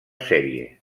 sèrie